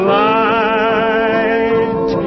light